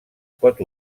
pot